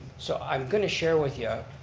so i'm going to share with you.